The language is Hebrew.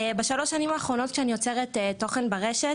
בשלוש השנים האחרונות שאני יוצרת תוכן ברשת,